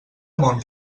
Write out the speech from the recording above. mont